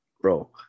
bro